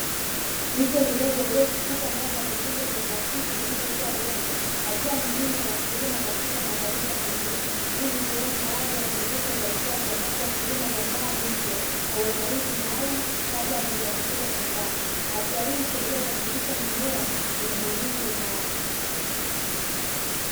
Miche midogo iliyochipuka ndani ya vikombe vya plastiki vilivyo jaa udongo, hatua muhimu ya wakulima katika maandalizi ya kilimo hii ni sehemu ya awali ya mzunguko wa uzalishaji ambapo wakulima huandaa miche kwa uangalizi maalumu kabla ya kuipandikiza shambani, hatua hii husaidia kuhakikisha mimea ina mizizi imara.